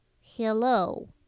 Hello